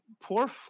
poor